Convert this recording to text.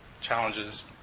challenges